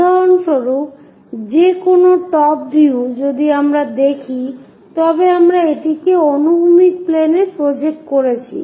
উদাহরণস্বরূপ যেকোনো top view যদি আমরা দেখি তবে আমরা এটিকে অনুভূমিক প্লেনে প্রজেক্ট করেছি